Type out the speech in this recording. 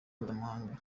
mpuzamahanga